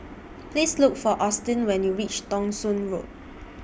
Please Look For Austin when YOU REACH Thong Soon Road